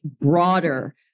broader